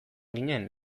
ginen